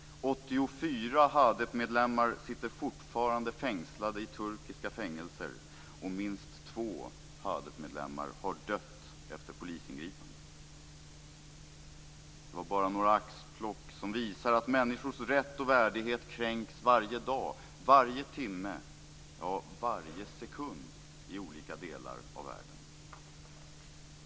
84 Hadepmedlemmar sitter fortfarande fängslade i turkiska fängelser, och minst två Hadepmedlemmar har dött efter polisingripanden. Det här var bara några axplock som visar att människors rätt och värdighet kränks varje dag, varje timme, ja, varje sekund, i olika delar av världen.